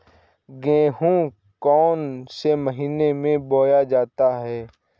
गेहूँ कौन से महीने में बोया जाता है?